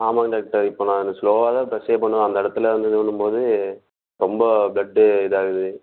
ஆமாங்க டாக்டர் இப்போ நான் ஸ்லோவாக தான் ப்ரஷ்ஷே பண்ணுவேன் அந்த இடத்துல வந்து இது விழும்போது ரொம்ப ப்ளட்டு இதாகுது